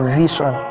vision